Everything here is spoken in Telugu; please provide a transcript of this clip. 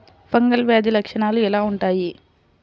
ఫంగల్ వ్యాధి లక్షనాలు ఎలా వుంటాయి?